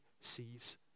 sees